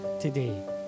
today